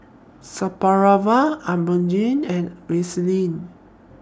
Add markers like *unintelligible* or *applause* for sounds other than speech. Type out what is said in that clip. Supravit *unintelligible* and Vaselin